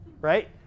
right